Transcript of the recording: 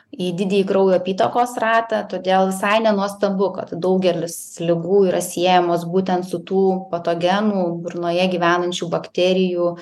į didįjį kraujo apytakos ratą todėl visai nenuostabu kad daugelis ligų yra siejamos būtent su tų patogenų burnoje gyvenančių bakterijų